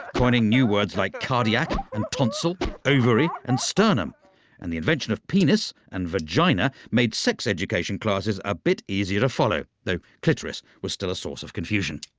coining new words like cardiac and tonsil ovary and sternum and the invention of penis and vagina made sex education classes a bit easier to follow. though clitoris was still a source of confusion.